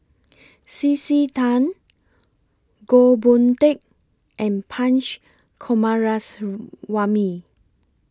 C C Tan Goh Boon Teck and Punch Coomaraswamy